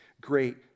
great